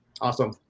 Awesome